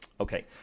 Okay